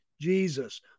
Jesus